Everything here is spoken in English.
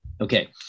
Okay